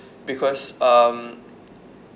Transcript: because um